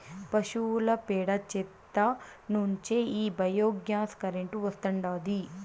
పశువుల పేడ చెత్త నుంచే ఈ బయోగ్యాస్ కరెంటు వస్తాండాది